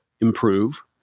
improve